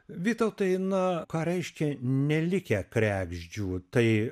vytautai na ką reiškia nelikę kregždžių tai